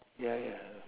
ya ya